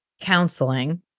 counseling